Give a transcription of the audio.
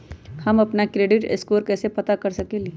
हम अपन credit score कैसे पता कर सकेली?